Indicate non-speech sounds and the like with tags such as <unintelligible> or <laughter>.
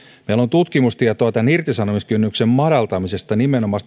meillä on tutkimustietoa irtisanomiskynnyksen madaltamisesta mutta nimenomaan <unintelligible>